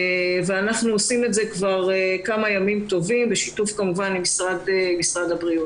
אנחנו עושים את זה כבר כמה ימים טובים בשיתוף כמובן עם משרד הבריאות.